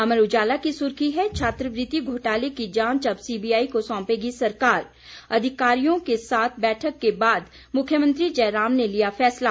अमर उजाला की सुर्खी है छात्रवृति घोटाले की जांच अब सीबीआई को सौंपेगी सरकार अधिकारियों के साथ बैठक के बाद मुख्यमंत्री जयराम ने लिया फैसला